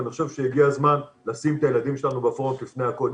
ואני חושב שהגיע הזמן לשים את הילדים שלנו בפרונט לפני הכול.